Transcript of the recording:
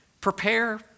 prepare